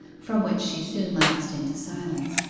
from which she soon lapsed into silence.